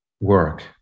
work